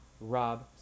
Rob